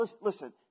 Listen